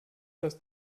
das